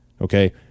Okay